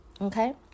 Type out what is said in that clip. Okay